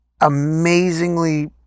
amazingly